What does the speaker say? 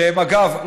שאגב,